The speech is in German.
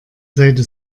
seite